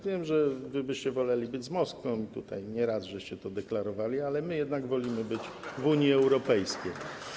Wiem, że wy byście woleli być z Moskwą i tutaj nie raz to deklarowaliście, ale my jednak wolimy być w Unii Europejskiej.